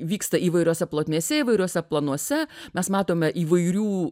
vyksta įvairiose plotmėse įvairiuose planuose mes matome įvairių